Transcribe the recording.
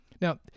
Now